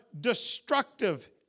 destructive